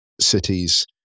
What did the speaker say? cities